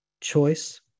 Choice